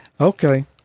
okay